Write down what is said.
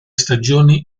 stagioni